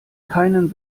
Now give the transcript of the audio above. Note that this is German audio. keinen